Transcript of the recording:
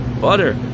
Butter